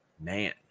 Man